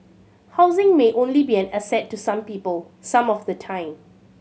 housing may only be an asset to some people some of the time